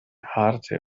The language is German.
harte